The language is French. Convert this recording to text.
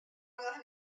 alors